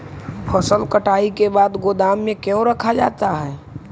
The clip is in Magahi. फसल कटाई के बाद गोदाम में क्यों रखा जाता है?